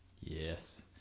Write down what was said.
Yes